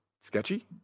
sketchy